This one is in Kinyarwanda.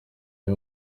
iha